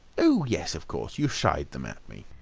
oh yes, of course. you shied them at me.